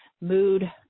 mood